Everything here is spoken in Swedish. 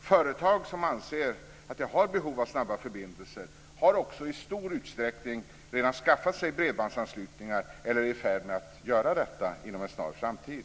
Företag som anser att de har behov av snabba förbindelser har också i stor utsträckning redan skaffat sig bredbandsanslutningar, eller är i färd med att göra det inom en snar framtid.